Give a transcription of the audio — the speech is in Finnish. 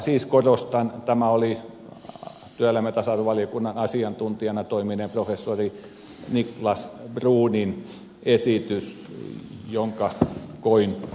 siis korostan että tämä oli työelämä ja tasa arvovaliokunnan asiantuntijana toimineen professori niklas bruunin esitys jonka koin oikeaksi